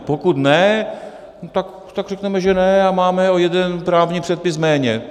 Pokud ne, tak řekněme, že ne, a máme o jeden právní předpis méně.